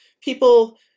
people